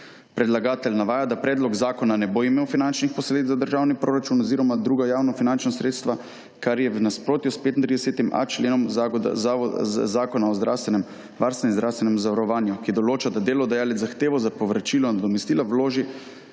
Predlagatelj navaja, da predlog zakona ne bo imel finančnih posledic za državni proračun oziroma druga javnofinančna sredstva, kar je v nasprotju s 35.a členom Zakona o zdravstven varstvu in zdravstvenem zavarovanju, ki določa, da delodajalec zahtevo za povračilo nadomestila vloži